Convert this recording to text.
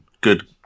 Good